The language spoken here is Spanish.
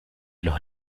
los